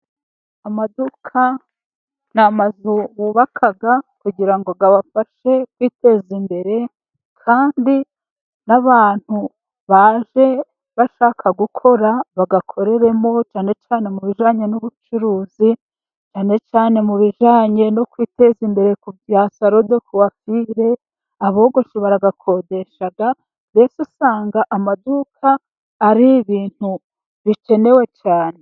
Amaduka ni amazu bubaka kugira ngo abafashe kwiteza imbere, kandi n'abantu baje bashaka gukora bayakoreremo, cyane cyane mu bijyanye n'ubucuruzi, cyane cyane mu bijyanye no kwiteza imbere ku bya sarodokuwafire, abogoshi bararayakodesha, mbese usanga amaduka ari ibintu bikenewe cyane.